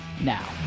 now